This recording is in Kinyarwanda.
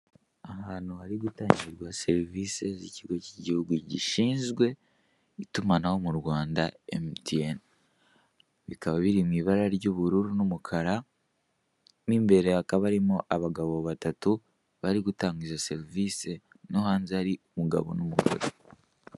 Ahantu hari gutangirwa serivise z'ikigo k'igihugu gishinzwe itumanaho mu Rwanda emutiyene, bikaba biri mu ibara ry'ubururu n'umukara mo imbere hakaba harimo abagabo batatu bari gutanga izo serivise no hanze hari umugabo.